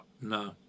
No